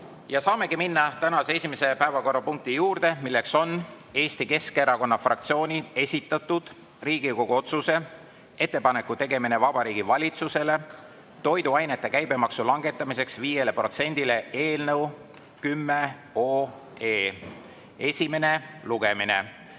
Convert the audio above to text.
Saamegi minna tänase esimese päevakorrapunkti juurde, milleks on Eesti Keskerakonna fraktsiooni esitatud Riigikogu otsuse "Ettepaneku tegemine Vabariigi Valitsusele toiduainete käibemaksu langetamiseks 5-le protsendile" eelnõu 10 esimene lugemine. Enne